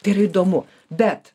tai yra įdomu bet